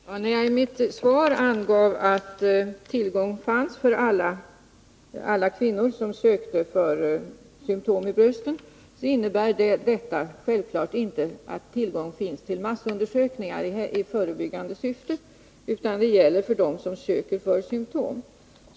Fru talman! När jag i mitt svar anger att tillgång till mammografi finns för alla kvinnor som söker för symtom i brösten, innebär detta självfallet inte att tillgång finns till massundersökningar i förebyggande syfte, utan det gäller som sagt för dem som söker för symtom.